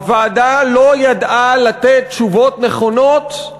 הוועדה לא ידעה לתת תשובות נכונות על